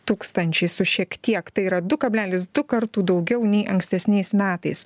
tūkstančiai su šiek tiek tai yra du kablelis du kartų daugiau nei ankstesniais metais